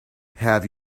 have